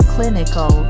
Clinical